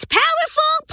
powerful